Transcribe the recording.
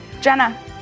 Jenna